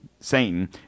Satan